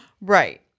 Right